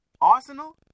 Arsenal